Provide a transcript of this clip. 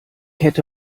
hätte